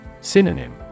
Synonym